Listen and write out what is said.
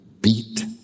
beat